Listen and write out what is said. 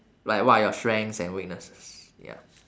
like what are your strengths and weaknesses ya